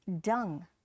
dung